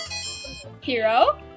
Hero